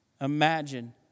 Imagine